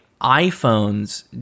iPhones